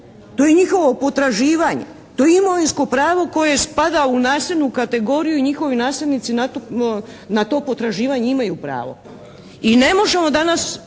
To je njihovo potraživanje. To je imovinsko pravo koje spada u nasljednu kategoriju i njihovi nasljednici na to potraživanje imaju pravo i ne možemo danas